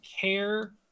care